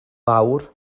fawr